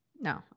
no